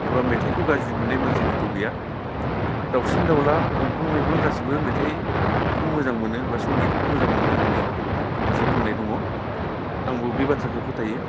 एबा मेथाइखौ गाज्रि मोननाय मानसि हयथ' गैया दाउसिन दाउला दंफां लाइफां गासैबो मेथाइखौ मोजां मोनो एबा संगितखौ मोजां मोनो होननानै मोनसे बुंनाय दङ आंबो बे बाथ्राखो फोथायो